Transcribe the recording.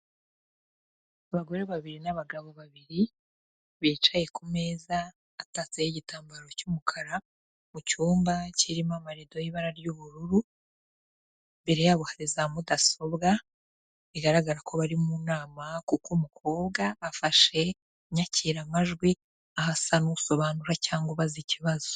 Abagore babiri n'abagabo babiri bicaye ku meza atatseho igitambaro cy'umukara, mu cyumba kirimo amarido y'ibara ry'ubururu, imbere yabo hari za mudasobwa bigaragara ko bari mu nama, kuko umukobwa afashe inyakiramajwi aho asa nusobanura cyangwa abaza icyibazo.